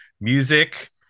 Music